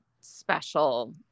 special